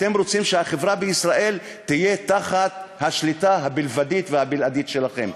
אתם רוצים שהחברה בישראל תהיה תחת השליטה הבלבדית והבלעדית שלכם.